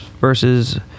versus